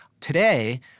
Today